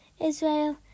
Israel